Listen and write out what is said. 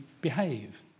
behave